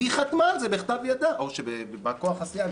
והיא חתמה על זה בכתב ידה או שבא כוח הסיעה,